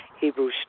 Hebrew